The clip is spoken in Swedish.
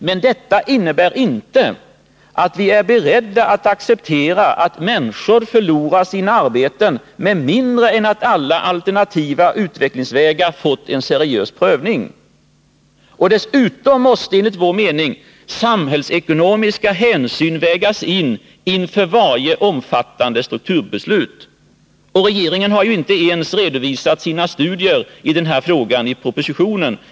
Men detta innebär inte att vi är beredda att acceptera att människor förlorar sina arbeten med mindre än att alla alternativa utvecklingsvägar har fått en seriös prövning. Och dessutom måste enligt vår mening samhällsekonomiska hänsyn vägas in inför varje omfattande strukturbeslut. Regeringen har i propositionen inte ens redovisat sina studier i denna fråga.